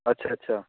अच्छच्छा